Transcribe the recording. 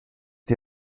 die